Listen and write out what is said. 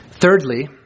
Thirdly